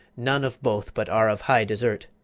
none of both but are of high desert!